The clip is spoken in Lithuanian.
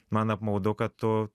man apmaudu kad tu